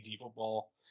football